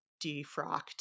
defrocked